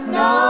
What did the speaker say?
no